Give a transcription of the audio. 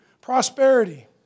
prosperity